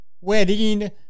wedding